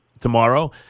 tomorrow